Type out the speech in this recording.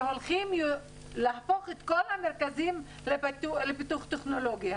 שהולכים להפוך את כל המרכזים לפיתוח טכנולוגי.